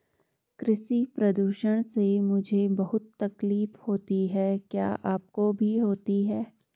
कृषि प्रदूषण से मुझे बहुत तकलीफ होती है क्या आपको भी होती है